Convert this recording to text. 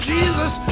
Jesus